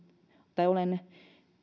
olen